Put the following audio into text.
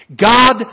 God